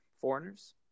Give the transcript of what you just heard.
foreigners